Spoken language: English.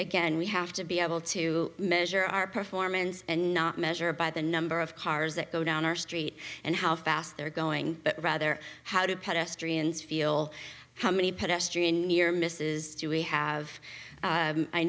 again we have to be able to measure our performance and not measure by the number of cars that go down our street and how fast they're going but rather how to feel how many pedestrian near misses do we have